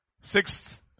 sixth